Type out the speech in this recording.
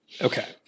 Okay